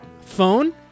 phone